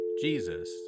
Jesus